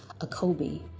Akobe